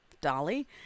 dolly